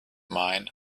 mine